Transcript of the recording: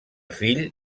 fill